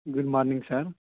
good morning sir